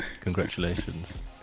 Congratulations